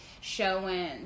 showing